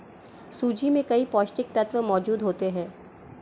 सूजी में कई पौष्टिक तत्त्व मौजूद होते हैं